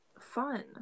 Fun